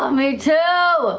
um me too